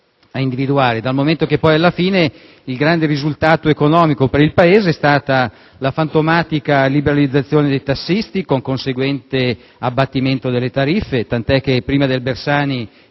in quel decreto, dal momento che poi, alla fine, il grande risultato economico per il Paese è stata la fantomatica liberalizzazione dei tassisti, con conseguente abbattimento delle tariffe (tant'è che prima del decreto